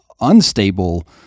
unstable